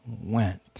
went